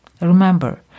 Remember